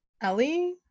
Ellie